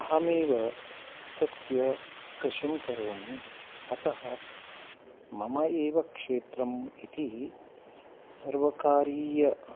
अहमेव तस्य कृषिं करोमि अतः मम एव क्षेत्रम् इति सर्वकारीय